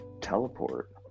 teleport